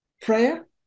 Prayer